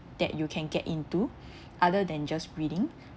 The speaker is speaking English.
that you can get into other than just reading